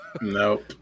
nope